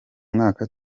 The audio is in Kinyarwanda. mwaka